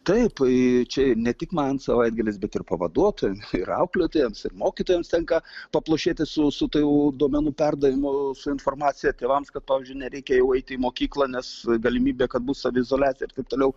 taip tai čia ne tik man savaitgalis bet ir pavaduotojam ir auklėtojamsir mokytojams tenka paplušėti su su tų duomenų perdavimu su informacija tėvams kad pavyzdžiui nereikia jau eiti į mokyklą nes galimybė kad bus saviizoliacija ir taip toliau